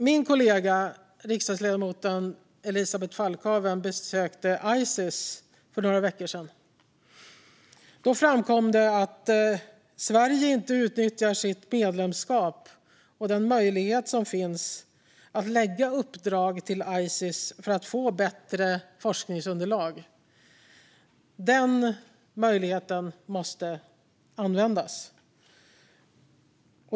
Min kollega riksdagsledamoten Elisabeth Falkhaven besökte ICES för några veckor sedan. Då framkom det att Sverige inte utnyttjar sitt medlemskap och den möjlighet som finns att lägga uppdrag till ICES för att få bättre forskningsunderlag. Den möjligheten måste användas.